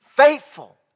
Faithful